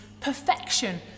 perfection